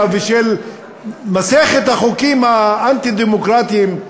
ושל מסכת החוקים האנטי-דמוקרטיים,